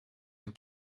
een